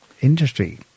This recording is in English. industry